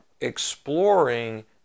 exploring